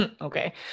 okay